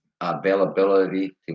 availability